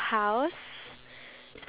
yes